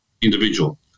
individual